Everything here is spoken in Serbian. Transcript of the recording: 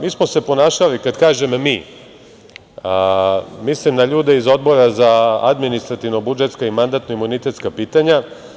Mi smo se ponašali, kad kažem mi, mislim na ljude iz Odbora za administrativno-budžetska i mandatno-imunitetska pitanja.